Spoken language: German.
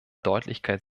deutlichkeit